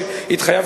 השלום,